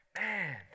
man